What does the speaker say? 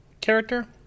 character